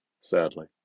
sadly